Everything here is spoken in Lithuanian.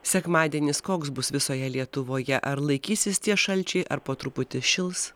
sekmadienis koks bus visoje lietuvoje ar laikysis tie šalčiai ar po truputį šils